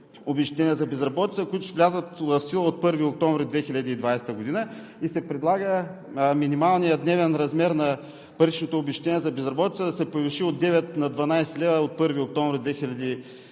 обезщетения за безработица, които ще влязат в сила от 1 октомври 2020 г., и се предлага минималният дневен размер на паричното обезщетение за безработица да се повиши от 9 на 12 лв. от 1 октомври 2020 г.